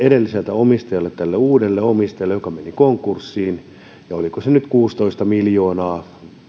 edelliseltä omistajalta uudelle omistajalle joka meni konkurssiin oliko se nyt kuusitoista miljoonaa